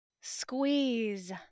Squeeze